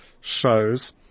shows